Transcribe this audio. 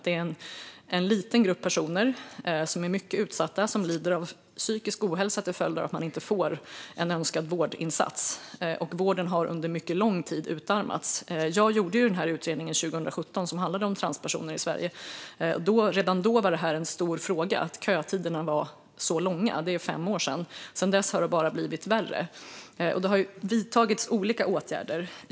Det är en liten grupp personer som är mycket utsatta och som lider av psykisk ohälsa till följd av att de inte får en önskad vårdinsats. Vården har under mycket lång tid utarmats. Jag gjorde den utredning från 2017 som handlar om transpersoner i Sverige, och redan då var det en stor fråga att kötiderna var så långa. Det är fem år sedan, och sedan dess har det bara blivit värre. Olika åtgärder har vidtagits.